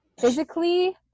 Physically